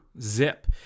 zip